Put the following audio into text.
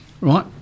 right